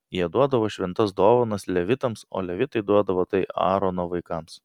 jie duodavo šventas dovanas levitams o levitai duodavo tai aarono vaikams